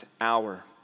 hour